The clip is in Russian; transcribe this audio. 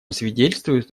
свидетельствует